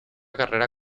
carrera